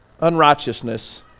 unrighteousness